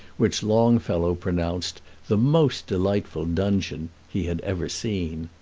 which longfellow pronounced the most delightful dungeon he had ever seen.